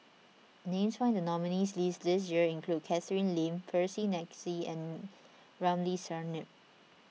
names found in the nominees' list this year include Catherine Lim Percy McNeice and Ramli Sarip